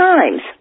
Times